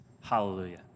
Hallelujah